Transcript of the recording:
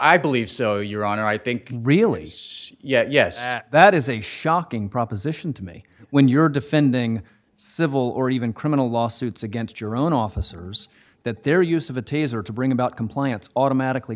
i believe so your honor i think really yes that is a shocking proposition to me when you're defending civil or even criminal lawsuits against your own officers that their use of a taser to bring about compliance automatically